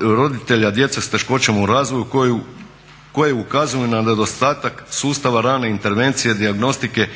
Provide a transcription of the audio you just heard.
roditelja djece s teškoćama u razvoju koji ukazuju na nedostatak sustava rane intervencije, dijagnostike